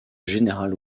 général